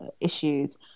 issues